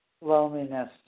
Loneliness